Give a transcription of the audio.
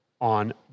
on